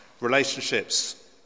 relationships